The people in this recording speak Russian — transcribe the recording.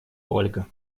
ольга